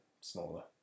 smaller